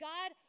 God